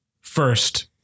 first